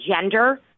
gender